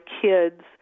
kids